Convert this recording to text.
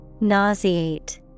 Nauseate